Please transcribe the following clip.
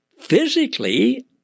Physically